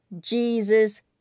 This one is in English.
Jesus